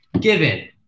Given